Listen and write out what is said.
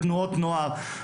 בתנועות נוער,